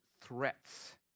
threats